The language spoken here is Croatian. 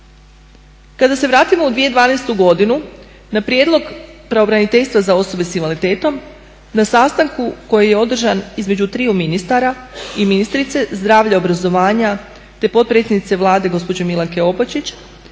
Kada se vratimo u 2012. godinu na prijedlog pravobraniteljstva za osobe sa invaliditetom na sastanku koji je održan između triju ministara i ministrice zdravlja, obrazovanja te potpredsjednice Vlade gospođe Milanke Opačić